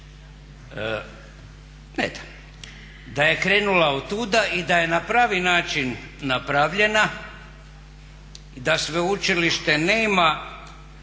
da je krenula od tuda i da je na pravi način napravljena i da sveučilište nema